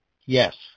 Yes